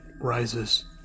rises